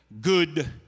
good